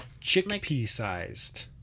Chickpea-sized